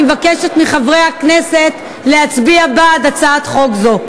אני מבקשת מחברי הכנסת להצביע בעד הצעת חוק זו.